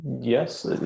yes